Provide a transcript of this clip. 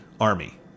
army